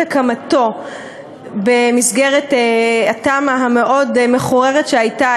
הקמתו במסגרת התמ"א המאוד-מחוררת שהייתה,